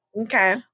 Okay